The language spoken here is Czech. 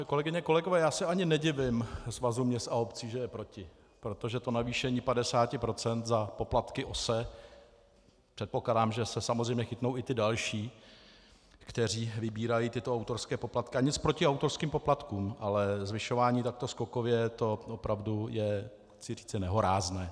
Kolegyně a kolegové, já se ani nedivím Svazu měst a obcí, že je proti, protože to navýšení 50 % za poplatky Ose předpokládám, že se samozřejmě chytnou i ti další, kteří vybírají tyto autorské poplatky, a nic proti autorským poplatkům, ale zvyšování takto skokově, to je opravdu, chci říci nehorázné.